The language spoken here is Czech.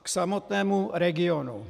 K samotnému regionu.